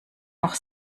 noch